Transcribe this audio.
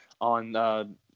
on –